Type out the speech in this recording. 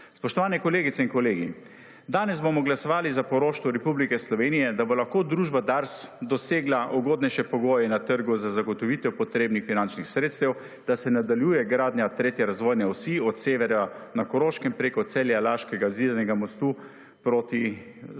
Spoštovane kolegice in kolegi, danes bomo glasovali za poroštvo Republike Slovenije, da bo lahko družba DARS dosegla ugodnejše pogoje na trgu za zagotovitev potrebnih finančnih sredstev, da se nadaljuje gradnja 3. razvojne osi od severa na Koroškem preko Celja, Laškega, Zidanega mostu 51.